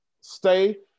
stay